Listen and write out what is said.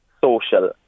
social